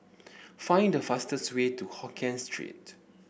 find the fastest way to Hokien Street